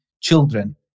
children